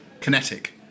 kinetic